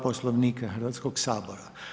Poslovnika Hrvatskoga sabora.